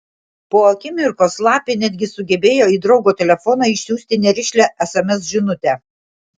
po akimirkos lapė netgi sugebėjo į draugo telefoną išsiųsti nerišlią sms žinutę